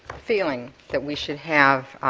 feeling that we should have